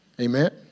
Amen